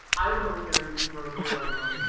i don't care that you broke your elbow